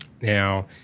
Now